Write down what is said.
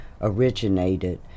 originated